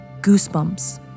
goosebumps